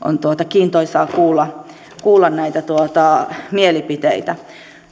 kiintoisaa kuulla kuulla näitä mielipiteitä